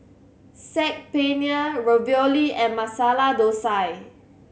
Saag Paneer Ravioli and Masala Dosa